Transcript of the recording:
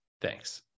Thanks